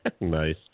Nice